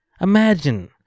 Imagine